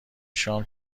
شام